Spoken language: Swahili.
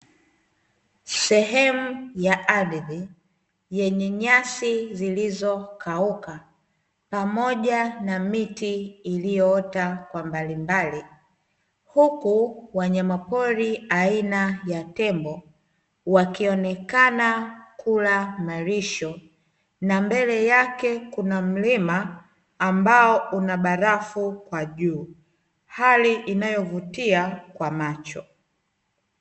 Sehemu ya ardhi yenye nyasi zilizo kauka, pamoja na miti iliyoota kwa mbalimbali, huku wanyama pori aina ya tembo wakionekena kula malisho, na mbele yake kuna mlima ambao unabarafu kwa juu haki inayovutia kwa macho.